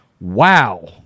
Wow